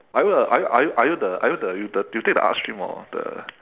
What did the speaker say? are you the are you are you are you the are you the are you take the art stream or the